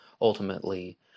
ultimately